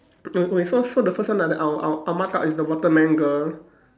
mm okay so so the first one that I'll I'll mark out is the watermelon girl